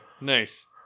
Nice